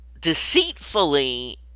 deceitfully